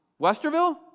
Westerville